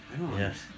Yes